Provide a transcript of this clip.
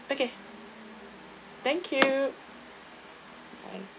okay thank you bye